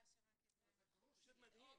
פשוט מדהים.